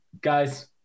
guys